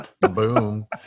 boom